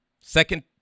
Second